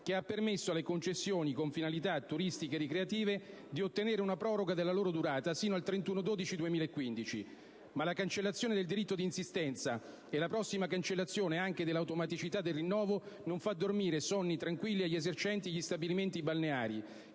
che ha permesso alle concessioni con finalità turistica ricreative di ottenere una proroga della loro durata sino al 31dicembre 2015. Ma la cancellazione del diritto di insistenza e la prossima cancellazione anche dell'automaticità del rinnovo non fa dormire sonni tranquilli agli esercenti gli stabilimenti balneari